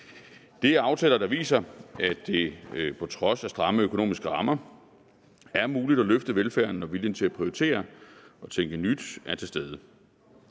Det er aftaler, der viser, at det på trods af stramme økonomiske rammer er muligt at løfte velfærden, når viljen til at prioritere og tænke nyt er til stede.